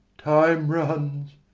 time runs,